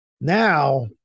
Now